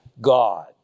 God